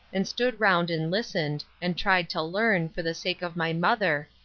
and stood around and listened, and tried to learn, for the sake of my mother,